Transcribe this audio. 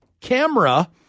camera